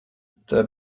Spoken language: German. der